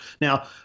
Now